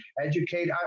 educate